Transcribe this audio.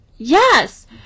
Yes